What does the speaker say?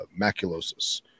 Maculosis